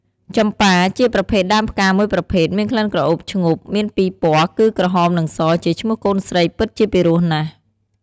ចំប៉ា ជាប្រភេទដើមផ្កាមួយប្រភេទមានក្លិនក្រអូបឈ្ងប់ មានពីរពណ៌គឺ ក្រហម និងស ជាឈ្មោះកូនស្រីពិតជាពីរោះណាស់ ។